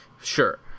Sure